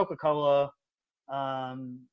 Coca-Cola